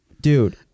Dude